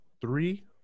Three